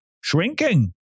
shrinking